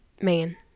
Man